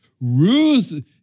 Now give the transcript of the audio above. Ruth